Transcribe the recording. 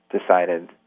decided